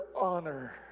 honor